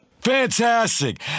Fantastic